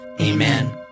Amen